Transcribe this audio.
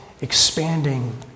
expanding